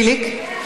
לאייכלר.